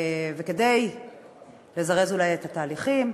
וכדי לזרז אולי את התהליכים,